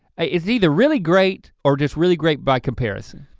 ah it's either really great or just really great by comparison.